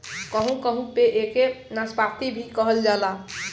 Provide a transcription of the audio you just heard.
कहू कहू पे एके नाशपाती भी कहल जाला